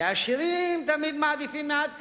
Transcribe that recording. כי העשירים תמיד מעדיפים מעט קלוריות,